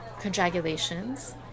congratulations